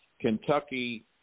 Kentucky